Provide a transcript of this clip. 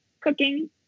cooking